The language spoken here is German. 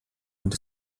und